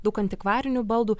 daug antikvarinių baldų